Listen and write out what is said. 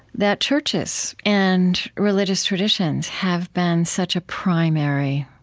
that churches and religious traditions have been such a primary